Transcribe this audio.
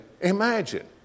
imagine